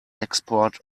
export